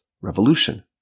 revolution